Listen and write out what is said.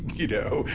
you know,